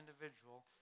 individual